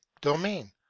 domain